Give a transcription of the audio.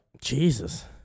Jesus